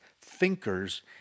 thinkers